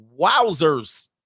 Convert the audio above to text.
wowzers